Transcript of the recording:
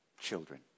children